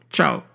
Ciao